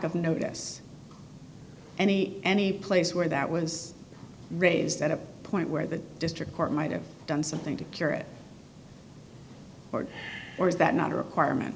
of notice any any place where that was raised at a point where the district court might have done something to cure it or where is that not a requirement